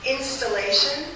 Installation